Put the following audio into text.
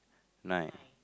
nine